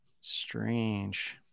strange